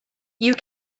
you